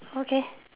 okay